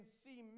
see